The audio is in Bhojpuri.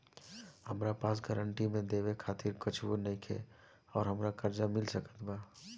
हमरा पास गारंटी मे देवे खातिर कुछूओ नईखे और हमरा कर्जा मिल सकत बा?